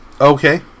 Okay